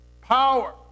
power